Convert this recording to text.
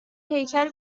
هیکل